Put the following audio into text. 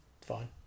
fine